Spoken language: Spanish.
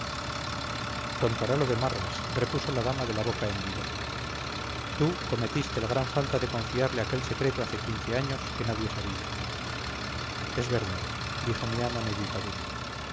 contará lo de marras repuso la dama de la boca hendida tú cometiste la gran falta de